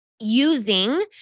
using